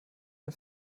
den